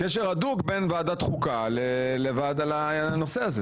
יש קשר הדוק בין ועדת החוקה לנושא הזה.